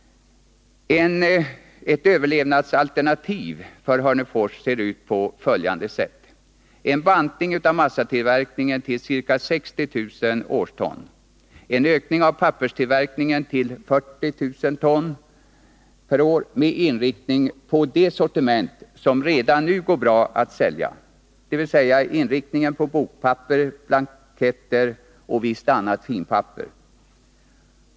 Ett överlevnadsalternativ för Hörnefors ser ut på följande sätt: en bantning av massatillverkningen till ca 60 000 årston och en ökning av papperstillverkningen till 40 000 ton per år med inriktning på det sortiment som redan nu går bra, dvs. bokpapper, blanketter och visst annat finpapper.